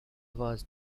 was